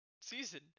season